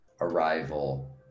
Arrival